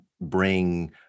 bring